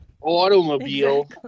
Automobile